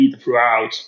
throughout